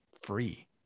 free